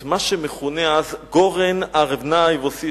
את מה שמכונה אז גורן ארוונה היבוסי,